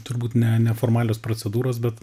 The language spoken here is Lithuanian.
turbūt ne ne formalios procedūros bet